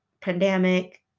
pandemic